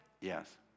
Yes